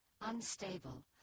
Unstable